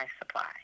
supply